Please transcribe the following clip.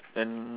then